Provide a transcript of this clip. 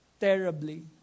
terribly